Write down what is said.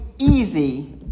easy